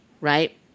right